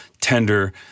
tender